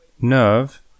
Nerve